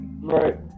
Right